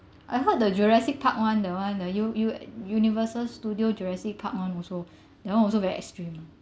I heard the jurassic park one the one the Universal Studios jurassic park one also that one also very extreme lah